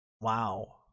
Wow